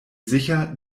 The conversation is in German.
sicher